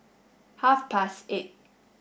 half past eight